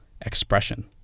expression